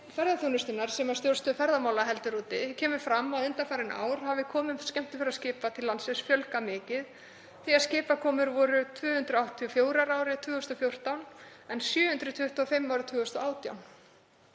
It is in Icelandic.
ferðaþjónustunnar sem Stjórnstöð ferðamála heldur úti kemur fram að undanfarin ár hafi komum skemmtiferðaskipa til landsins fjölgað mikið því að skipakomur voru 284 árið 2014 en 725 árið 2018.